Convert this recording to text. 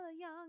young